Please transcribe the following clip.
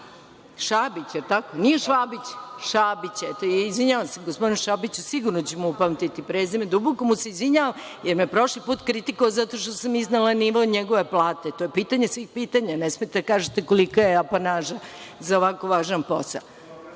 moral? Šabić, jel tako? Nije Švabić? Izvinjavam se gospodinu Šabiću, sigurno ću mu upamtiti prezime. Duboko mu se izvinjavam, jer me je prošli put kritikovao zato što sam iznela nivo njegove plate. To je pitanje svih pitanja, ne smete da kažete kolika je apanaža za ovako važan posao. Da,